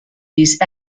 these